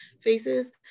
faces